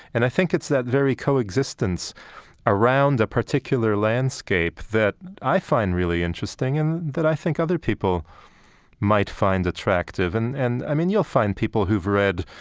and i think it's that very coexistence around a particular landscape that i find really interesting and that i think other people might find attractive. and and, i mean, you'll find people who've read,